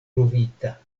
pruvita